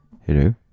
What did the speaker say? Hello